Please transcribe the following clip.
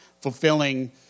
fulfilling